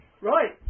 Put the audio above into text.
Right